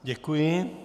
Děkuji.